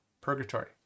purgatory